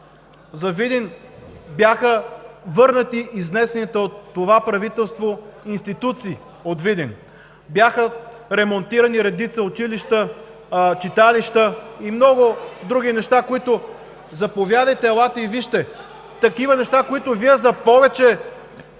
във Видин бяха върнати изнесените от това правителство институции от Видин. Бяха ремонтирани редица училища, читалища и много други неща. Заповядайте, елате и вижте! (Реплика от народния